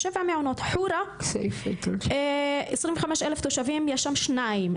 חורא - 25 אלף תושבים, יש שם שניים.